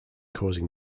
causing